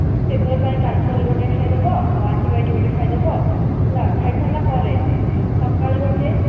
fever ପାଇଁ Calpol ଗୋଟେ ଖାଇ ଦେବ ଆଣ୍ଟିବାୟୋଟିକ୍ ଗୋଟେ ଖାଇ ଦେବ ହେଲା ଖାଇ ସାରିଲା ପରେ ସକାଳେ ଗୋଟେ